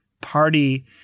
party